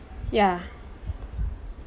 ya